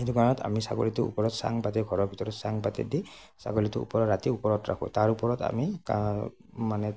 সেইটো কাৰণত আমি ছাগলীটো ওপৰত চাং পাতি ঘৰৰ ভিতৰত চাং পাতি দি ছাগলীটোৰ ওপৰত ৰাতি ওপৰত ৰাখোঁ তাৰ ওপৰত আমি মানে